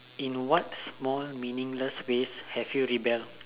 in what small meaningless ways have you rebel